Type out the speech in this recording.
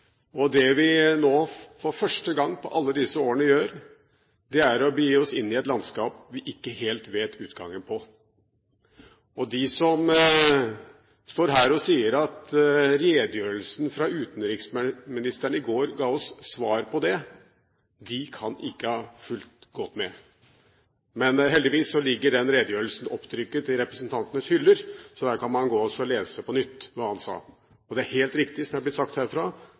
Det vi nå for første gang på alle disse årene gjør, er å begi oss inn i et landskap vi ikke helt vet hvor fører oss. Og de som står her og sier at redegjørelsen fra utenriksministeren i går ga oss svar på det, kan ikke ha fulgt godt med. Men heldigvis ligger den redegjørelsen opptrykket i representantenes hyller, så her kan man gå og lese på nytt hva han sa. Og det er helt riktig som det er blitt sagt